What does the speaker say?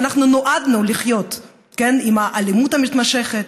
שאנחנו נועדנו לחיות עם האלימות המתמשכת,